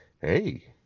Hey